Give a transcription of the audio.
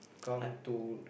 come to